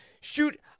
shoot